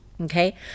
Okay